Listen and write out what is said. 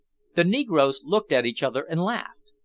the negroes looked at each other and laughed.